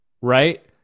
right